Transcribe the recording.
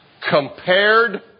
compared